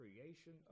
creation